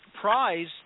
prize